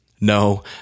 No